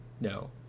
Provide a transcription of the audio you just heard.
no